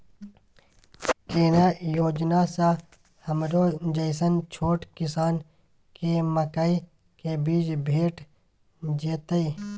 केना योजना स हमरो जैसन छोट किसान के मकई के बीज भेट जेतै?